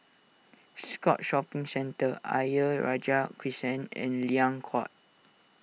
Scotts Shopping Centre Ayer Rajah Crescent and Liang Court